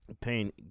pain